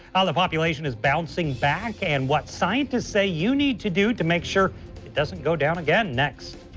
how the population is bouncing back and what scientists say you need to do to make sure it doesn't go down again, nex